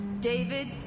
David